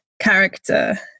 character